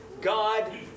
God